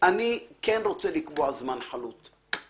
כן רוצה לקבוע זמן חלוט,